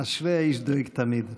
אשרי האיש הדואג תמיד.